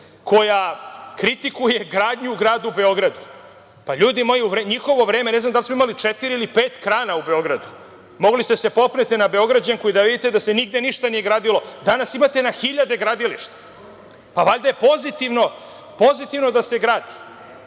koja kritikuje gradnju u gradu Beogradu. Ljudi moje, u njihovo vreme ne znam da li smo imali četiri ili pet krana u Beogradu. Mogli ste da se popnete na Beograđanku i da vidite da se nigde ništa nije gradilo. Danas imate na hiljade gradilišta. Valjda je pozitivno da se